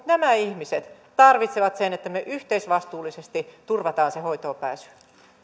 nämä ihmiset tarvitsevat sen että me yhteisvastuullisesti turvaamme sen hoitoonpääsyn